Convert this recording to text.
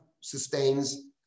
sustains